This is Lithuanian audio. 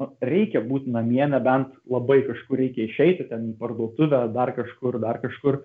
nu reikia būt namie nebent labai kažkur reikia išeiti ten į parduotuvę ar dar kažkur dar kažkur